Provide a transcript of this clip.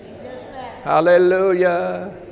hallelujah